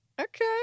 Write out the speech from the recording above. okay